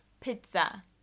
pizza